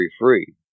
free